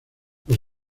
los